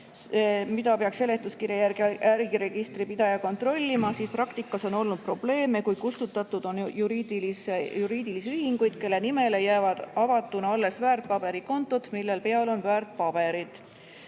mida peaks seletuskirja järgi äriregistri pidaja kontrollima, siis praktikas on olnud probleeme, kui kustutatud on juriidilisi ühinguid, kelle nimele jäävad avatuna alles väärtpaberikontod, mille peal on väärtpaberid.